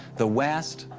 the west,